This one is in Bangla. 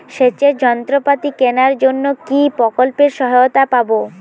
সেচের যন্ত্রপাতি কেনার জন্য কি প্রকল্পে সহায়তা পাব?